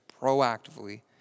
proactively